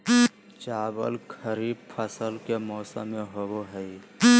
चावल खरीफ फसल के मौसम में होबो हइ